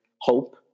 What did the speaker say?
hope